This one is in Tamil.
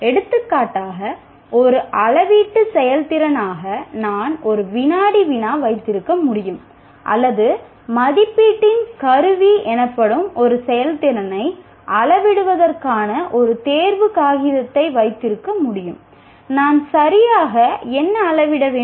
எடுத்துக்காட்டாக ஒரு அளவீட்டு செயல்திறனாக நான் ஒரு வினாடி வினா வைத்திருக்க முடியும் அல்லது மதிப்பீட்டின் கருவி எனப்படும் ஒரு செயல்திறனை அளவிடுவதற்கான ஒரு தேர்வுக் தாளை வைத்திருக்க முடியும் நான் சரியாக என்ன அளவிட வேண்டும்